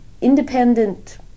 independent